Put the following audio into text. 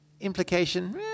Implication